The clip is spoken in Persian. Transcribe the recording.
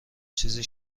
چیزی